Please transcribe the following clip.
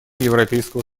европейского